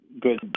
good